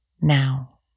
now